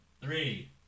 three